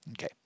Okay